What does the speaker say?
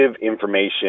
information